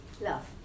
love